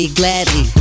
gladly